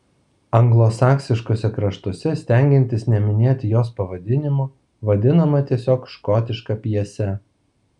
anglosaksiškuose kraštuose stengiantis neminėti jos pavadinimo vadinama tiesiog škotiška pjese